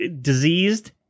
diseased